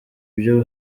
byo